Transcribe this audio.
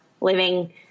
living